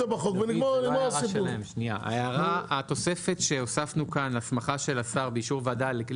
אבל התוספת לא התבקשה ממשרד הכלכלה.